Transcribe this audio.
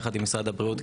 יחד עם משרד הבריאות,